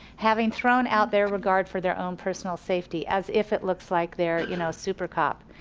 having thrown our their regard for their own personal safety. as if it looks like they're you know supercop.